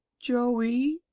joey,